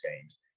games